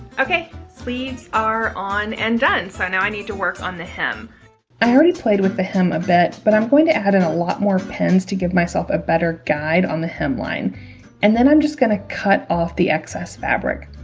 okay sleeves are on and done so now i need to work on the hem i already played with the hem a bit but i'm going to add in a lot more pens to give myself a better guide on the hemline and then i'm just going to cut off the excess fabric